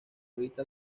vista